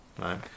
right